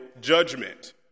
judgment